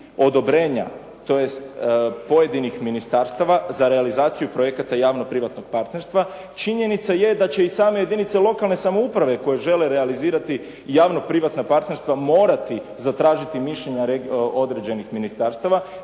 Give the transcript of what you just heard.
odobrenja tj. pojedinih ministarstava za realizaciju projekata javno privatnog partnerstva, činjenica je da će i same jedinice lokalne samouprave koje žele realizirati javno privatna partnerstva morati zatražiti mišljenja određenih ministarstava,